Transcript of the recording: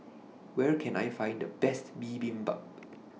Where Can I Find The Best Bibimbap